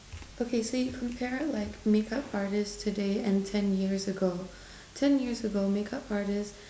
okay so you compare like makeup artists today and ten years ago ten years ago makeup artists